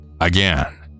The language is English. Again